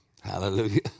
Hallelujah